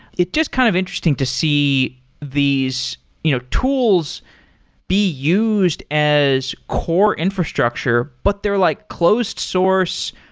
it's just kind of interesting to see these you know tools be used as core infrastructure, but they're like closed source.